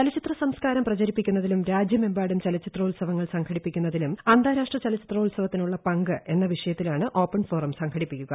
ചലച്ചിത്ര് സംസ്കാരം പ്രചരിപ്പിക്കുന്നതിലും രാജ്യമെമ്പാടും ചലച്ചിത്രോ്ത്സവങ്ങൾ സംഘടിപ്പിക്കുന്നതിലും അന്താരാഷ്ട്ര ചലച്ചിത്രോത്സവത്തിനുള്ള പങ്ക് എന്ന വിഷയത്തിലാണ് ഇന്ന് ഓപ്പൺ ഫോറം സംഘടിപ്പിക്കുക